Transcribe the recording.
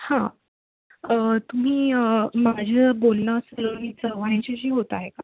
हां तुम्ही माझं बोलणं सलोनी चव्हाण यांच्याशी होत आहे का